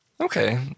Okay